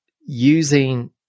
using